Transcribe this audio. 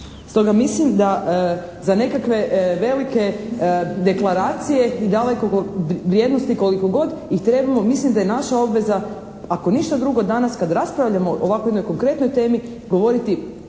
Stoga mislim da za nekakve velike deklaracije i, daleko vrijednosti koliko god ih trebamo, mislim da je naša obveza ako ništa drugo danas kad raspravljamo o ovako jednoj konkretnoj temi govoriti